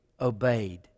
obeyed